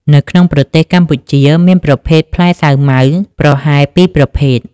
នៅក្នុងប្រទេសកម្ពុជាមានប្រភេទផ្លែសាវម៉ាវប្រហែល ២ ប្រភេទ